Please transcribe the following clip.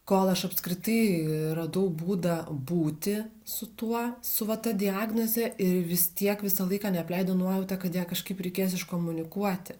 kol aš apskritai radau būdą būti su tuo su va ta diagnoze ir vis tiek visą laiką neapleido nuojauta kad ją kažkaip reikės iškomunikuoti